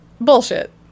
bullshit